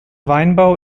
weinbau